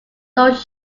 those